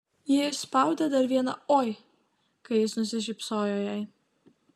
ji išspaudė dar vieną oi kai jis nusišypsojo jai